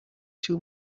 too